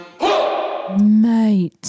mate